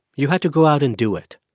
you had to go out and do it.